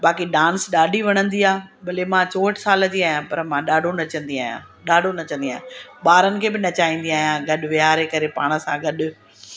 बाक़ी डांस ॾाढी वणंदी आहे भले मां चोहठ साल जी आहियां पर मां ॾाढो नचंदी आहियां ॾाढो नचंदी आहियां ॿारनि खे बि नचाईंदी आहियां गॾु वेहारे करे पाण सां गॾु